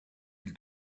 île